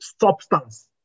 substance